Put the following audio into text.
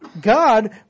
God